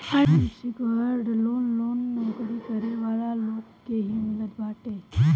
unsecured loan loan नोकरी करे वाला लोग के ही मिलत बाटे